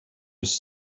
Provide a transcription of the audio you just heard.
was